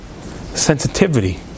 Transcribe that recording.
Sensitivity